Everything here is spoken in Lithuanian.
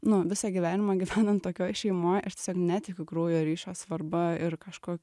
nu visą gyvenimą gyvenant tokioj šeimoj aš tiesiog netikiu kraujo ryšio svarba ir kažko